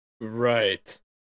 Right